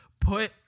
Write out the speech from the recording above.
Put